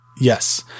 Yes